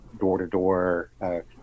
door-to-door